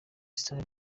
star